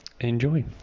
enjoy